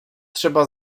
trzeba